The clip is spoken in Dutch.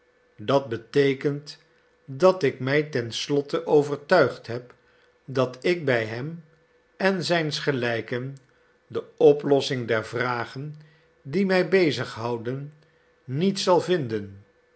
dat beteekent dat ik mij ten slotte overtuigd heb dat ik bij hem en zijns gelijken de oplossing der vragen die mij bezig houden niet zal vinden